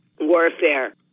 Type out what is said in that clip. warfare